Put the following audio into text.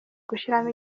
gushyiramo